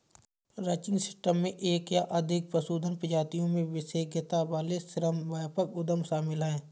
ranching system में एक या अधिक पशुधन प्रजातियों में विशेषज्ञता वाले श्रम व्यापक उद्यम शामिल हैं